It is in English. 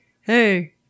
hey –